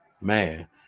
man